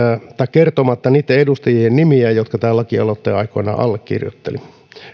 kertomatta niitten edustajien nimiä jotka tämän lakialoitteen aikoinaan allekirjoittelivat